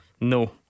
No